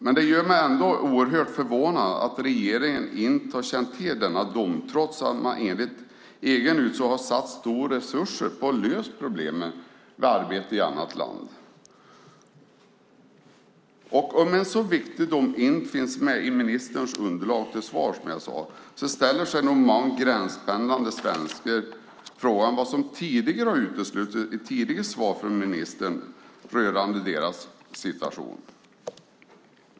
Men det gör mig ändå oerhört förvånad att regeringen inte har känt till denna dom trots att man enligt egen utsago har satsat stora resurser på att lösa problemen vid arbete i annat land. Om en så viktig dom inte finns med i ministerns underlag till svar, som jag sade, ställer sig nog många gränspendlande svenskar frågan vad som tidigare har uteslutits i tidigare svar från ministern rörande deras situation.